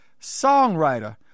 songwriter